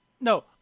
No